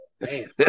man